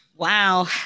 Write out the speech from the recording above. Wow